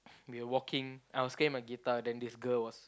we were walking I was getting my guitar then this girl was